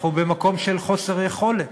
אנחנו במקום של חוסר יכולת.